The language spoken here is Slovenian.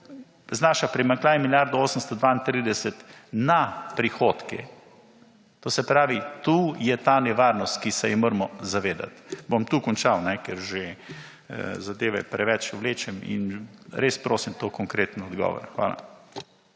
znaša primanjkljaj milijardo 832 na prihodke. To se pravi, tu je na nevarnost, ki se je moramo zavedati. Bom tu končal, ker že zadeve preveč vlečem. In res prosim tu konkreten odgovor. Hvala.